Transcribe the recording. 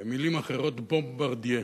במלים אחרות "בומברדיה".